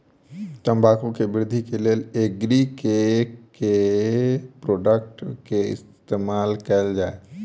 तम्बाकू केँ वृद्धि केँ लेल एग्री केँ के प्रोडक्ट केँ इस्तेमाल कैल जाय?